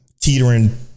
teetering